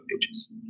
pages